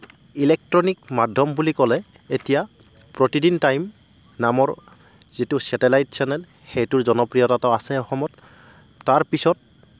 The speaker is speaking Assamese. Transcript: ইলেক্ট্ৰনিক মাধ্যম বুলি ক'লে এতিয়া প্ৰতিদিন টাইম নামৰ যিটো চেটেলাইট চেনেল সেইটোৰ জনপ্ৰিয়তাও আছে অসমত তাৰপিছত